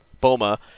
Boma